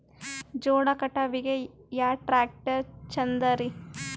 ಜೋಳ ಕಟಾವಿಗಿ ಯಾ ಟ್ಯ್ರಾಕ್ಟರ ಛಂದದರಿ?